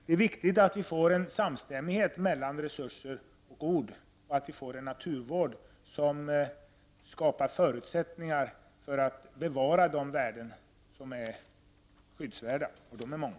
Det är viktigt att vi får samstämmighet mellan resurser och ord och att vi får en naturvård, som skapar förutsättningar för att bevara de värden som är skyddsvärda — och de är många.